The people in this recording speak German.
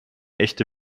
echte